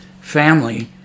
family